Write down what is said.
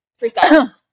freestyle